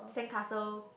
sandcastle